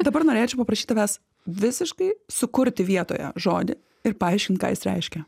dabar norėčiau paprašyt tavęs visiškai sukurti vietoje žodį ir paaiškint ką jis reiškia